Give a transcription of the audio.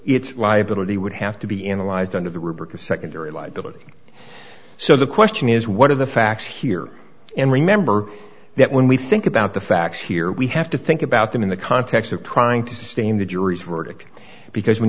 it's liability would have to be in the lies under the rubric of secondary liability so the question is what are the facts here and remember that when we think about the facts here we have to think about them in the context of trying to sustain the jury's verdict because when